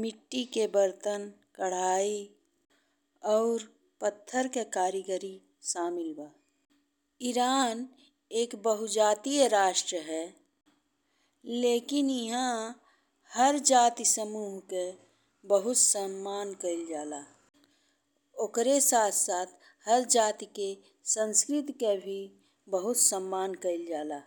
मिट्टी के बरतन, कढ़ाई और पत्थर के कारीगरी शामिल बा। ईरान एक बहुजातीय राष्ट्र हवे, लेकिन इहाँ हर जाति समूह के बहुत सम्मान कइल जाला। ओकरे साथ-साथ हर जाति के संस्कृति के भी बहुत सम्मान कइल जाला।